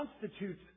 constitutes